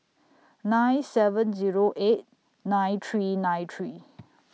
nine seven Zero eight nine three nine three